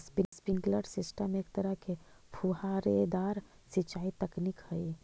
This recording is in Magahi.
स्प्रिंकलर सिस्टम एक तरह के फुहारेदार सिंचाई तकनीक हइ